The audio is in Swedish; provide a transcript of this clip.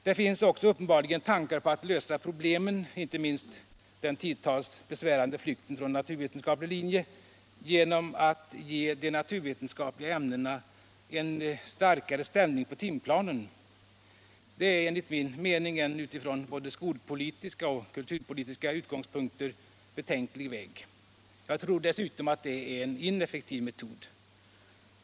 Det finns också uppenbarligen tankar på att lösa problemen — inte minst den tidvis besvärande flykten från naturvetenskaplig linje — genom att ge de naturvetenskapliga ämnena en ännu starkare ställning på timplanen. Det är enligt min mening en utifrån både skolpolitiska och kulturpolitiska synpunkter betänklig väg. Jag tror dessutom att det är en ineffektiv metod.